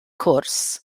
cwrs